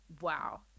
Wow